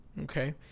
okay